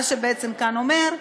מה שבעצם זה אומר,